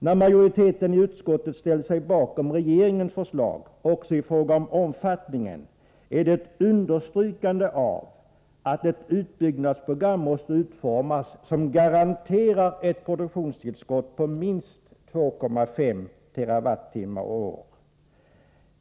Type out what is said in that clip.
När majoriteten i utskottet ställt sig bakom regeringens förslag också i fråga om omfattningen, är det ett understrykande av att ett utbyggnadsprogram som garanterar ett produktionstillskott på minst 2,5 TWh/år måste utformas.